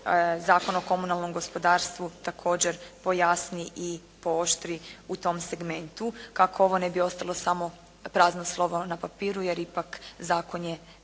Zakon o komunalnom gospodarstvu također pojasni i pooštri u tom segmentu kako ovo ne bi ostalo samo prazno slovo na papiru jer ipak zakon je